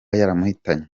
yamuhitanye